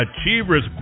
Achievers